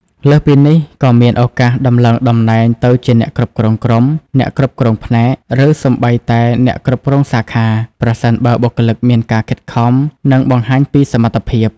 លើសពីនេះ ក៏មានឱកាសដំឡើងតំណែងទៅជាអ្នកគ្រប់គ្រងក្រុម អ្នកគ្រប់គ្រងផ្នែក ឬសូម្បីតែអ្នកគ្រប់គ្រងសាខា ប្រសិនបើបុគ្គលិកមានការខិតខំ និងបង្ហាញពីសមត្ថភាព។